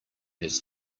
his